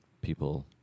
people